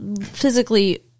physically